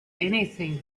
anything